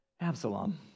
Absalom